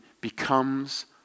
becomes